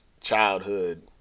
childhood